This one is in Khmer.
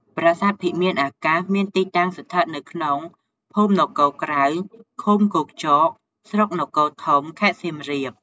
ប្រាសាទភិមាអាកាសមាន ទីតាំងស្ថិតនៅក្នុងភូមិនគរក្រៅ ឃុំគោកចក ស្រុកនគរធំ ខេត្តសៀមរាប។